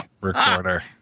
recorder